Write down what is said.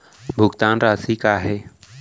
भुगतान राशि का हे?